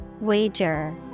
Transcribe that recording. Wager